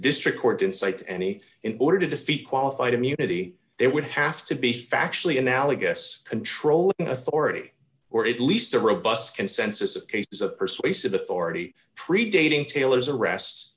district court didn't cite any in order to defeat qualified immunity they would have to be factually analogous controlling authority or at least a robust consensus of cases of persuasive authority predating taylor's arrest